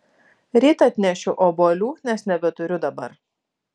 ryt atnešiu obuolių nes nebeturiu dabar